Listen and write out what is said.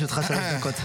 בבקשה, לרשותך שלוש דקות.